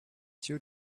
two